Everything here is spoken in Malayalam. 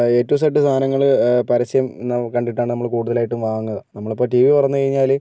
എ ടു ഇസെഡ് സാധനങ്ങൾ പരസ്യം നവു കണ്ടിട്ടാണ് നമ്മൾ കൂടുതലായിട്ടും വാങ്ങുക നമ്മളിപ്പോൾ ടി വി തുറന്നു കഴിഞ്ഞാൽ